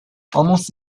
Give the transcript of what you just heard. almost